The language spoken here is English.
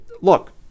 Look